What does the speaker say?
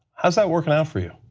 how is that working out for you?